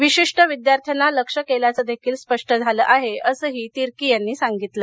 विशिष्ट विद्यार्थ्यांना लक्ष्य केल्याचं स्पष्ट झालं आहे असंही तिर्की यांनी सांगितलं